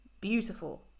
beautiful